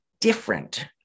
different